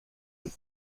بود